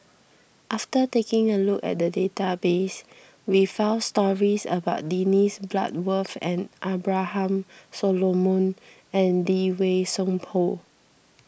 after taking a look at the database we found stories about Dennis Bloodworth and Abraham Solomon and Lee Wei Song Paul